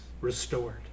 restored